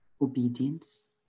obedience